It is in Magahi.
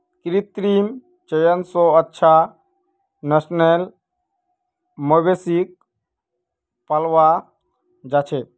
कृत्रिम चयन स अच्छा नस्लेर मवेशिक पालाल जा छेक